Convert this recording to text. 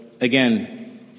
again